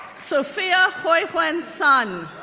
sophia huiwen sun,